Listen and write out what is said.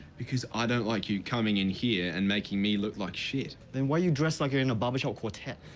because i don't like you coming in here and making me look like shit. then why are you dressed like you're in a barbershop quartet?